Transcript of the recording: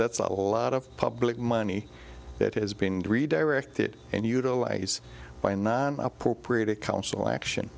that's a lot of public money that has been redirected and utilize by not appropriated council action